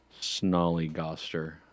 Snollygoster